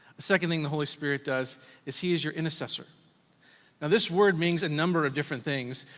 second things the holy spirit does is he is your intercessor. now this word means a number of different things,